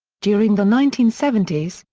during the nineteen seventy s,